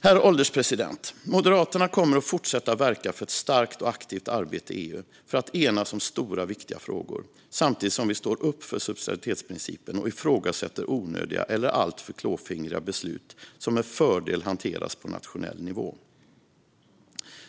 Herr ålderspresident! Moderaterna kommer att fortsätta verka för ett starkt och aktivt arbete i EU för att enas om stora, viktiga frågor samtidigt som vi står upp för subsidiaritetsprincipen och ifrågasätter onödiga eller alltför klåfingriga beslut i frågor som med fördel hanteras på nationell nivå.